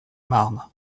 marne